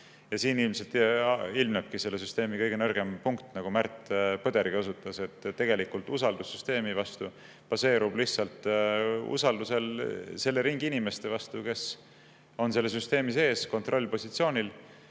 Siin ilmnebki selle süsteemi kõige nõrgem punkt, millele Märt Põder viitas, et tegelikult usaldus süsteemi vastu baseerub lihtsalt usaldusel selle ringi inimeste vastu, kes on selle süsteemi sees kontrollpositsioonil